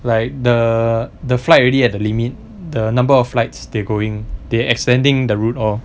like the the flight already at the limit the number of flights they're going they extending the route lor